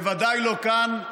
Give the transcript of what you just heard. בוודאי לא כאן,